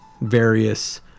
various